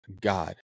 God